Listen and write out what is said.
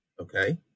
okay